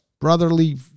Brotherly